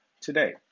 today